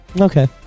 Okay